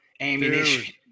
ammunition